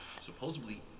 supposedly